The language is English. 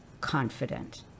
confident